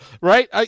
Right